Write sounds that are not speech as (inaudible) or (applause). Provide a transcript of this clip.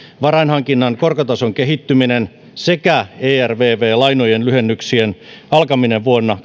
varainhankinnan korkotason kehittyminen sekä ervv lainojen lyhennyksien alkaminen vuonna (unintelligible)